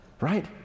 right